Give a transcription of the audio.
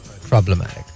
problematic